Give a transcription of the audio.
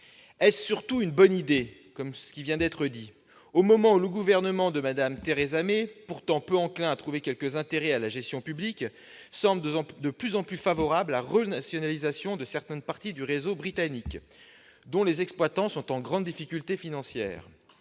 est-ce une bonne idée, au moment où le gouvernement de Mme Theresa May, pourtant peu enclin à trouver quelque intérêt à la gestion publique, semble de plus en plus favorable à la renationalisation de certaines parties du réseau britannique dont les exploitants sont en grande difficulté financière